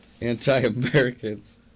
anti-Americans